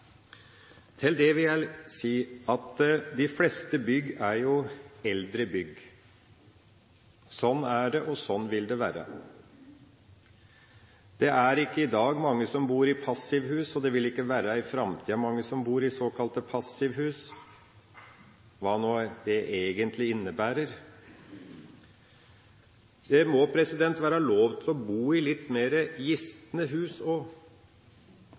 Til det vil jeg si at de fleste bygg er eldre bygg. Sånn er det, og sånn vil det være. Det er ikke i dag mange som bor i passivhus, og det vil ikke i framtida være mange som bor i såkalte passivhus – hva det nå egentlig innebærer. Det må være lov å bo i litt mer gisne hus.